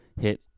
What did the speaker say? hit